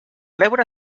veure